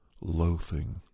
loathing